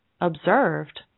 observed